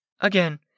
Again